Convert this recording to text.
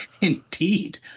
Indeed